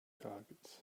targets